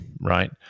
right